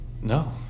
No